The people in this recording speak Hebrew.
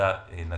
הוועדה לא